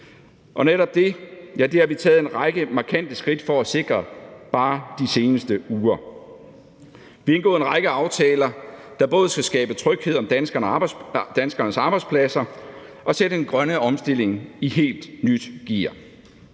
og netop det har vi taget en række markante skridt for at sikre bare de seneste uger. Vi har indgået en række aftaler, der både skal skabe tryghed om danskernes arbejdspladser og sætte den grønne omstilling i helt nyt gear.